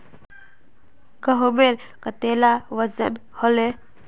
गहोमेर कतेला वजन हले